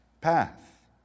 path